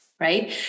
Right